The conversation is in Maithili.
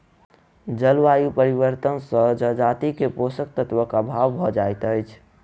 जलवायु परिवर्तन से जजाति के पोषक तत्वक अभाव भ जाइत अछि